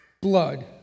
blood